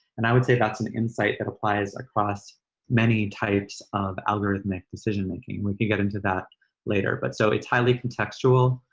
and i would say that's an insight that applies across many types of algorithmic decision making. we can get into that later. but, so, it's highly contextual